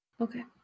Okay